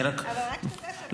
אני רק, אבל רק שתדע שהמשפט הזה,